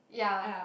ya